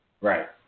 Right